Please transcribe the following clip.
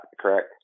correct